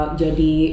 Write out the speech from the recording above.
jadi